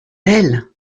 elles